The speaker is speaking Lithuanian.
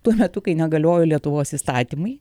tuo metu kai negalioja lietuvos įstatymai